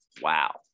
wow